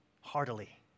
Heartily